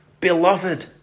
beloved